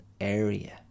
area